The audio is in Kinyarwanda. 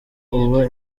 uba